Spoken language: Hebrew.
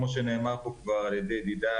כמו שנאמר פה כבר על ידי ידידי,